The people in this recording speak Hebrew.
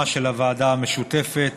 בשמה של הוועדה המשותפת.